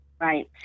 right